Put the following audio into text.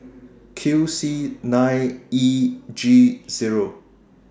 Q C nine E G Zero